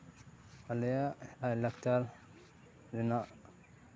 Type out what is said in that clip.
ᱟᱞᱮᱭᱟᱜ ᱞᱟᱭᱼᱞᱟᱠᱪᱟᱨ ᱨᱮᱱᱟᱜ